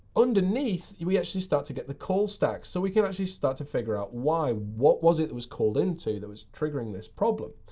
underneath we actually start to get the call stacks. so, we can actually start to figure out why. what was it that was called into that was triggering this problem?